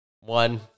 One